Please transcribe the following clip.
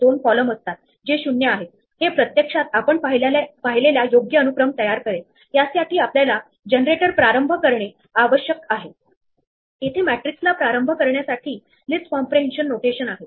म्हणजेच मी क्यू मधून एलिमेंट बाहेर घेऊन अन्वेषण करेल त्याचे मार्क न केलेले सर्व शेजारी पाहिल ते मार्क करेल आणि ते पुन्हा क्यू मध्ये इन्सर्ट करेल आणि शेवटी या केस मध्ये मी हे देखील तपासणार नाही की मी मध्येच tx किंवा ty मार्क केले आहे